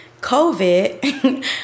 COVID